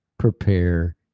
Prepare